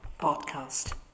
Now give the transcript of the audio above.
podcast